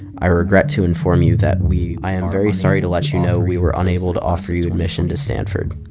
i regret to inform you that we. i am very sorry to let you know we were unable to offer you admission to stanford